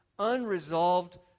unresolved